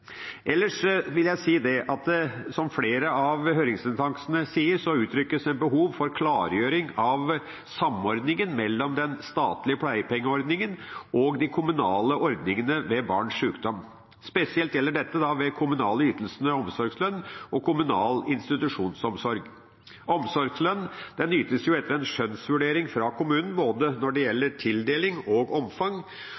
Flere av høringsinstansene uttrykker at det er behov for klargjøring av samordningen mellom den statlige pleiepengeordningen og de kommunale ordningene ved barns sjukdom. Spesielt gjelder dette de kommunale ytelsene omsorgslønn og kommunal institusjonsomsorg. Omsorgslønn ytes etter en skjønnsvurdering fra kommunen når det gjelder både tildeling og omfang. Senterpartiet mener at pleiepenger til det